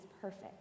perfect